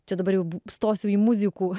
čia dabar jau stosiu į muzikų